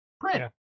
print